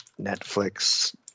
netflix